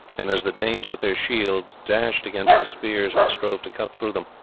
and as the danes with their shields dashed against the spears and strove to cut through them,